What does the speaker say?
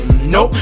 Nope